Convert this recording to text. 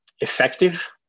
effective